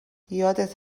یادت